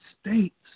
States